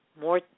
more